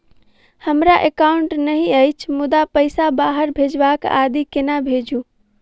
हमरा एकाउन्ट नहि अछि मुदा पैसा बाहर भेजबाक आदि केना भेजू?